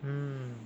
mm